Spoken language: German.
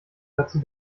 dazu